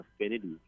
affinity